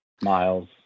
Miles